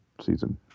season